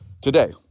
Today